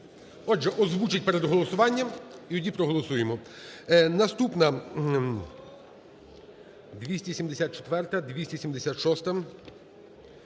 Отже, озвучить це перед голосуванням і тоді проголосуємо. Наступна – 274-а, 276-а,